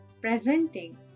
Presenting